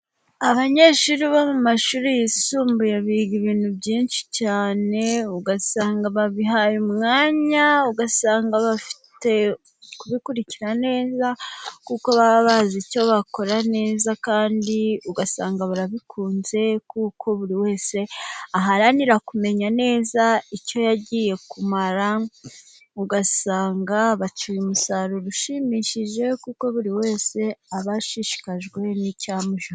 Abanyeshuri bo mu mashuri yisumbuye biga ibintu byinshi cyane, ugasanga babihaye umwanya ugasanga bafite kubikurirana neza kuko baba bazi icyo bakora neza, kandi ugasanga barabikunze kuko buri wese aharanira kumenya neza icyo yagiye kumara, ugasanga bacyuye umusaruro ushimishije kuko buri wese aba ashishikajwe n'icyamujyanye.